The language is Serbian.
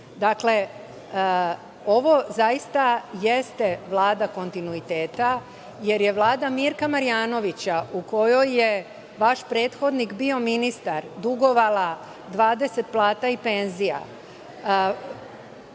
godine? Ovo zaista jeste Vlada kontinuiteta, jer je Vlada Mirka Marjanovića u kojoj je vaš prethodnik bio ministar, dugovala 20 plata i penzija.